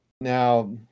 now